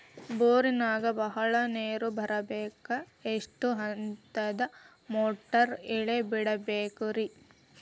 ಬೋರಿನಾಗ ಬಹಳ ನೇರು ಬರಾಕ ಎಷ್ಟು ಹಂತದ ಮೋಟಾರ್ ಇಳೆ ಬಿಡಬೇಕು ರಿ?